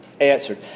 answered